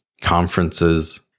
conferences